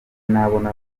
nabona